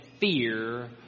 fear